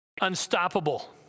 unstoppable